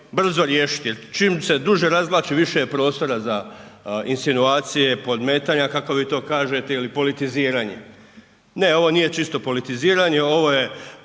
brzo riješit jer čim se duže razvlači više je prostora za insinuacije, podmetanja kako vi to kažete ili politiziranje. Ne ovo nije čisto politiziranje, ovo je